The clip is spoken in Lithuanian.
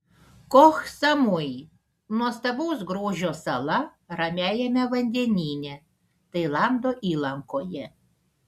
koh samui nuostabaus grožio sala ramiajame vandenyne tailando įlankoje